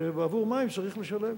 שבעבור מים צריך לשלם.